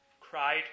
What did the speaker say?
cried